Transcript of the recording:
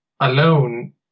alone